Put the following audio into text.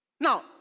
Now